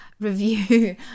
review